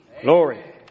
Glory